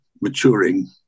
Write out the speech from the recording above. maturing